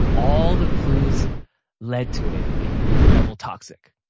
all the clues led to it being level toxic,